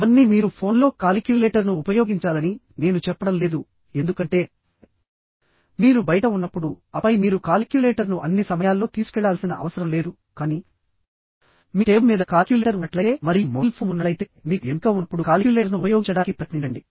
ఇవన్నీ మీరు ఫోన్లో కాలిక్యులేటర్ను ఉపయోగించాలని నేను చెప్పడం లేదు ఎందుకంటే మీరు బయట ఉన్నప్పుడు ఆపై మీరు కాలిక్యులేటర్ను అన్ని సమయాల్లో తీసుకెళ్లాల్సిన అవసరం లేదు కానీ మీ టేబుల్ మీద కాలిక్యులేటర్ ఉన్నట్లయితే మరియు మొబైల్ ఫోన్ ఉన్నట్లయితేమీకు ఎంపిక ఉన్నప్పుడు కాలిక్యులేటర్ను ఉపయోగించడానికి ప్రయత్నించండి